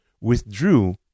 withdrew